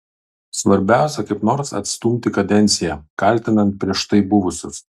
svarbiausia kaip nors atstumti kadenciją kaltinant prieš tai buvusius